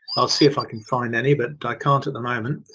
i'll see if i can find any, but i can't at the moment.